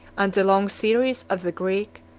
and the long series of the greek,